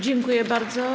Dziękuję bardzo.